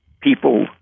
people